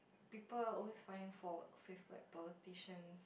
people are always finding fault in politicians